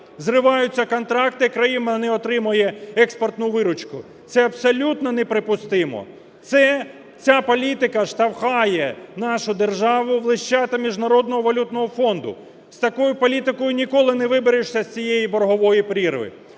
зриваються контракти, країна не отримує експортну виручку. Це абсолютно неприпустимо! Ця політика штовхає нашу державу в лещата Міжнародного валютного фонду. З такою політикою ніколи не виберешся з цієї боргової прірви.